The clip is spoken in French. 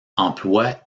emploie